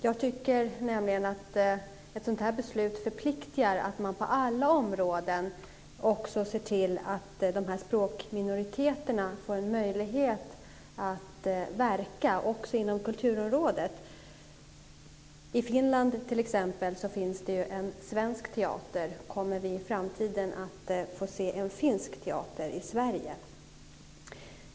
Jag tycker nämligen att ett sådant här beslut förpliktigar att man på alla områden ser till att dessa språkminoriteter får en möjlighet att verka, också inom kulturområdet. I Finland t.ex. finns det ju en svensk teater. Kommer vi i framtiden att få se en finsk teater i Sverige?